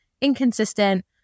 inconsistent